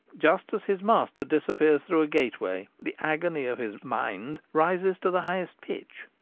just as his master disappears through a gateway, the agony of his mind rises to the highest pitch.